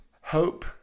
hope